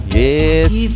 yes